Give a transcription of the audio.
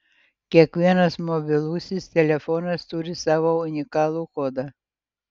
kiekvienas mobilusis telefonas turi savo unikalų kodą